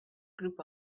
group